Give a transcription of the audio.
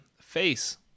face